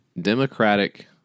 Democratic